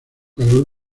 calor